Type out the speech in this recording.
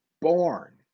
born